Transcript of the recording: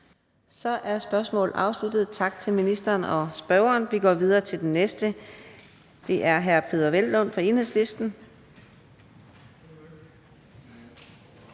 Så er spørgsmålet afsluttet. Tak til ministeren og spørgeren. Vi går videre til den næste. Det er hr. Peder Hvelplund fra Enhedslisten.